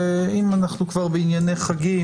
אם אנחנו כבר בענייני חגים,